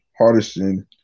Hardison